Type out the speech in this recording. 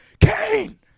Kane